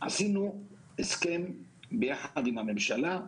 עשינו הסכם ביחד עם הממשלה.